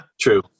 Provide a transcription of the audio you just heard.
true